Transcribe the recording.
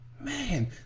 man